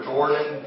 Jordan